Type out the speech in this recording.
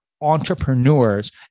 entrepreneurs